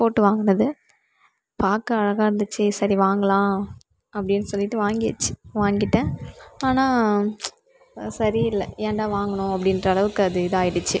போட்டு வாங்கினது பார்க்க அழகாக இருந்துச்சு சரி வாங்கலாம் அப்டின்னு சொல்லிவிட்டு வாங்கியாச்சு வாங்கிவிட்டேன் ஆனால் சரியில்லை ஏனடா வாங்கினோம் அப்படின்ற அளவுக்கு அது இதாயிடுச்சு